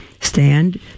Stand